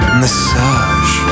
massage